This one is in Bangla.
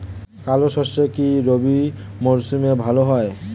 কালো সরষে কি রবি মরশুমে ভালো হয়?